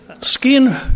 Skin